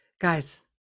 Guys